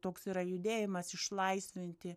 toks yra judėjimas išlaisvinti